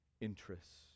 interests